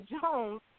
Jones